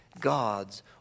god's